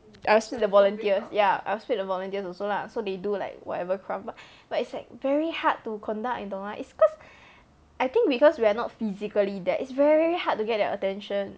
I will split the volunteers ya I will split the volunteers also lah so they do like whatever craft lah but it's like very hard to conduct 你懂吗 is cause I think because we are not physically there it's very very hard to get their attention